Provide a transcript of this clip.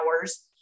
hours